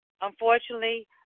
Unfortunately